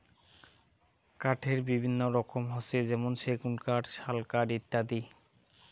কাঠের বিভিন্ন রকম হসে যেমন সেগুন কাঠ, শাল কাঠ ইত্যাদি